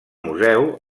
museu